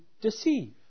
deceive